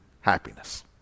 happiness